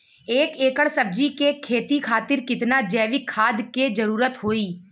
एक एकड़ सब्जी के खेती खातिर कितना जैविक खाद के जरूरत होई?